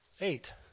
Eight